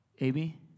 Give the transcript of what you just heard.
Amy